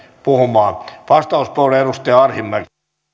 puhumaan arvoisa herra